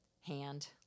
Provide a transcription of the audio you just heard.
hand